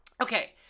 Okay